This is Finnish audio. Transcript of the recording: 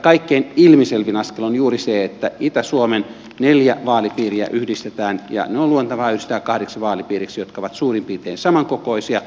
kaikkein ilmiselvin askel on juuri se että itä suomen neljä vaalipiiriä yhdistetään ja ne on luontevaa yhdistää kahdeksi vaalipiiriksi jotka ovat suurin piirtein samankokoisia